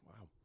Wow